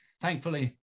thankfully